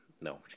No